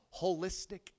Holistic